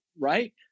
right